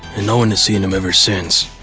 and no-one has seen him ever since.